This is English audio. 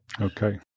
Okay